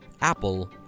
Apple